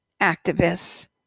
activists